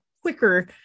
quicker